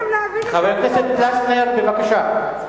קשה לכם להבין, חבר הכנסת פלַסנר, בבקשה.